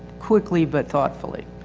quickly, but thoughtfully,